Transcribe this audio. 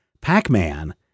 Pac-Man